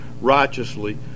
righteously